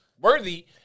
worthy